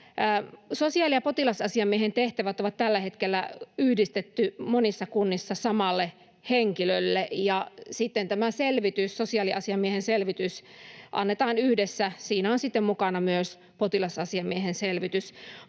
Sosiaali- ja potilasasiamiehen tehtävät on tällä hetkellä yhdistetty monissa kunnissa samalle henkilölle, ja tämä sosiaaliasiamiehen selvitys annetaan yhdessä. Siinä on sitten mukana myös potilasasiamiehen selvitys.